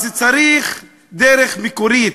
אז צריך דרך מקורית,